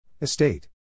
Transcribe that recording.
Estate